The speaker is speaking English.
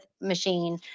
machine